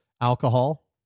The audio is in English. Alcohol